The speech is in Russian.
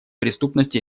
преступности